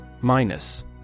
Minus